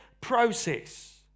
process